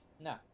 No